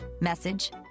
Message